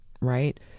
right